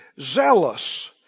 zealous